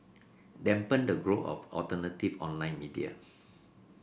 dampen the growth of alternative online media